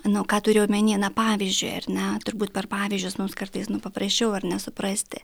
nu ką turiu omeny na pavyzdžiui ar ne turbūt per pavyzdžius mums kartais paprasčiau ar ne suprasti